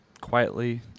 quietly